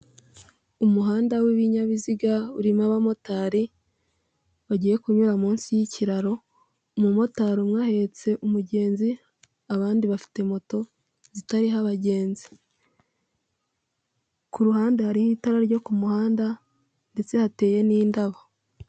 Umuhanda w'ibinyabiziga, urimo abamotari bagiye kunyura munsi y'ikiraro, umumotari umwe ahetse umugenzi, abandi bafite moto zitariho abagenzi. Ku ruhande hariho itara ryo ku muhanda, ndetse hateye n'indabo.